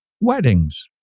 weddings